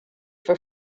for